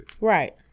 Right